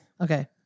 Okay